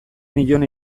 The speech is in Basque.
nion